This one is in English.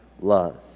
love